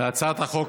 להצעת החוק